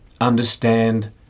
understand